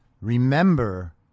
Remember